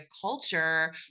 culture